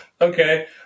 Okay